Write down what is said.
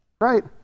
right